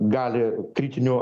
gali kritiniu